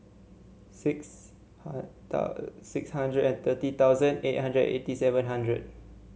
six six hundred and thirty thousand eight hundred eighty seven hundred